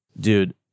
dude